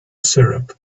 syrup